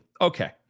Okay